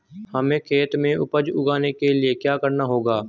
हमें खेत में उपज उगाने के लिये क्या करना होगा?